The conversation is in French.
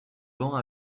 bancs